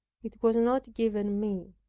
it was not given me.